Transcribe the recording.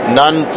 none